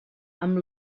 amb